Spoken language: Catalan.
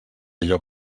allò